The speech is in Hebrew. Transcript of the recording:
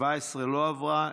17 לא עברה.